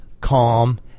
calm